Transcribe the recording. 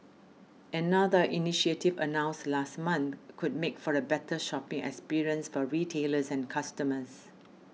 another initiative announced last month could make for a better shopping experience for retailers and customers